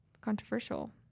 Controversial